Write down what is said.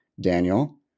Daniel